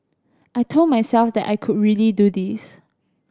I told myself that I could really do this